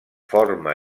forma